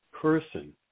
person